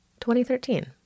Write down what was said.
2013